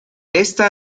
esta